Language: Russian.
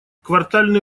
квартальный